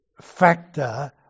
factor